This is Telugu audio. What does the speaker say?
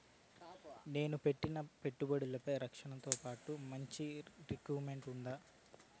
నేను పెట్టిన పెట్టుబడులపై రక్షణతో పాటు మంచి రిటర్న్స్ ఉంటుందా?